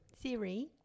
Siri